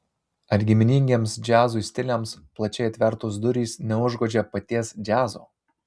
ar giminingiems džiazui stiliams plačiai atvertos durys neužgožia paties džiazo